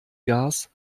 gas